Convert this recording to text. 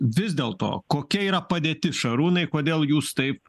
vis dėl to kokia yra padėtis šarūnai kodėl jūs taip